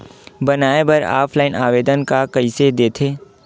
बनाये बर ऑफलाइन आवेदन का कइसे दे थे?